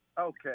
Okay